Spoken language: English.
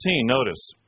Notice